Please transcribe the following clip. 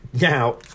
Now